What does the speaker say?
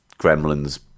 Gremlins